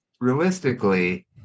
Realistically